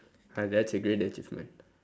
ah that's a great achievement